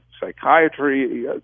psychiatry